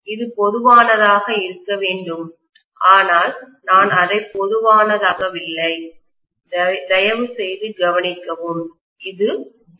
இது பொதுவானதாக இருக்க வேண்டும்ஆனால் நான் அதை பொதுவானதாக்கவில்லை தயவுசெய்து கவனிக்கவும் இது V